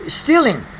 stealing